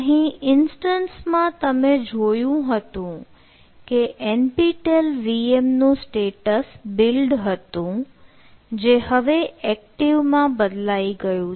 અહીં ઇન્સ્ટન્સીસ કરવું